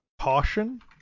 caution